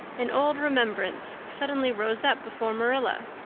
an old remembrance suddenly rose up before marilla.